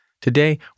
Today